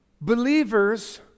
believers